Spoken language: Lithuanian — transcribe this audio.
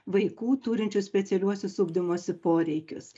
vaikų turinčių specialiuosius ugdymosi poreikius